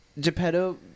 Geppetto